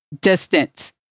distance